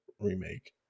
remake